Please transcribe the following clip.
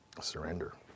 surrender